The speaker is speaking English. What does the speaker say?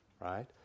Right